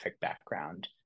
background